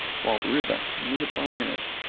while the river, minute by minute,